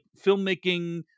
filmmaking